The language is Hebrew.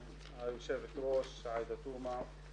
היושבת ראש עאידה תומא.